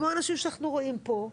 כמו האנשים שאנחנו רואים פה,